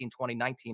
2019